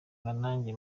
nanjye